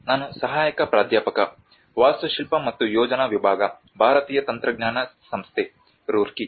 ನಾನು ಸಹಾಯಕ ಪ್ರಾಧ್ಯಾಪಕ ವಾಸ್ತುಶಿಲ್ಪ ಮತ್ತು ಯೋಜನಾ ವಿಭಾಗ ಭಾರತೀಯ ತಂತ್ರಜ್ಞಾನ ಸಂಸ್ಥೆ ರೂರ್ಕಿ